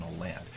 land